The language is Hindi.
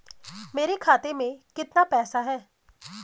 मेरे खाते में कितना पैसा है?